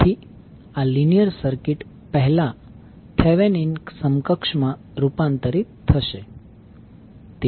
તેથી આ linear circuit પહેલા થેવેનીન સમકક્ષ માં રૂપાંતરિત થશે